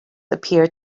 appear